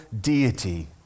deity